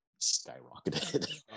skyrocketed